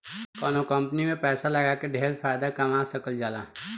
कवनो कंपनी में पैसा लगा के ढेर फायदा कमा सकल जाला